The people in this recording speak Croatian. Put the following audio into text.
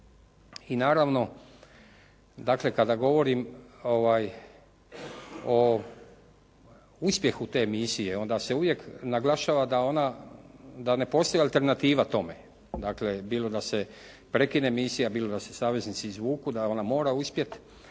i naravno dakle kada govorim o uspjehu te misije, onda se uvijek naglašava da ne postoji alternativa tome, dakle bilo da se prekine misija, bilo da se saveznici izvuku da ona mora uspjeti,